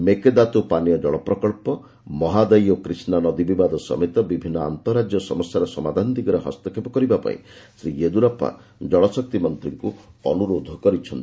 ମେକେଦାତୁ ପାନୀୟ ଜଳପ୍ରକଳ୍ପ ମହାଦାୟୀ ଓ କ୍ରୀଷ୍ଣା ନଦୀ ବିବାଦ ସମେତ ବିଭିନ୍ନ ଆନ୍ତରାଜ୍ୟ ସମସ୍ୟାର ସମାଧାନ ଦିଗରେ ହସ୍ତକ୍ଷେପ କରିବା ପାଇଁ ଶ୍ରୀ ୟେଦ୍ରରପା ଜଳ ଶକ୍ତି ମନ୍ତ୍ରୀଙ୍କୁ ଅନୁରୋଧ କରିଛନ୍ତି